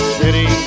city